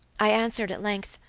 i answered at length,